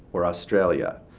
or australia,